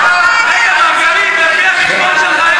מה עשית בירושלים?